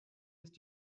ist